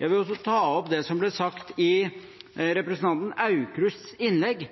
Jeg vil også ta opp det som ble sagt i representanten Aukrusts innlegg